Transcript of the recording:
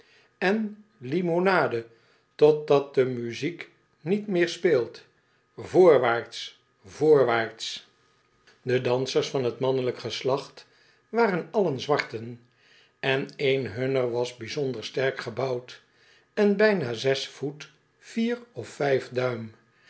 en limonade totdat de muziek niet meer speelt voorwaarts voorwaarts de dansers van t mannelijk geslacht waren allen zwarten en een hunner was bijzonder sterk gebouwd en bijna zes voet vier of vijf duim